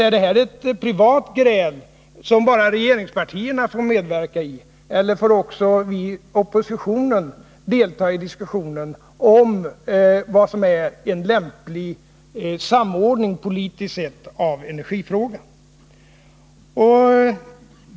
Är det här ett privat gräl, som bara regeringspartierna får medverka i, eller får också vi i oppositionen delta i diskussionen om vad som är en lämplig samordning politiskt sett av energifrågan?